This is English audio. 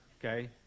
okay